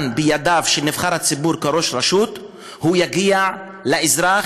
בידיו של נבחר הציבור כראש רשות יגיע לאזרח,